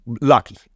Lucky